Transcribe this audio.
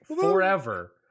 forever